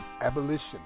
Abolition